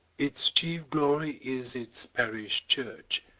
its chief glory is its parish church,